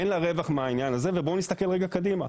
אין לה רווח מהעניין הזה ובואו נסתכל רגע קדימה.